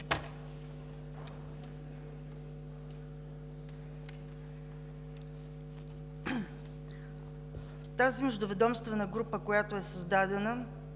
Тази междуведомствена група, която е създадена